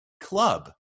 club